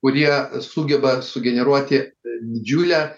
kurie sugeba sugeneruoti didžiulę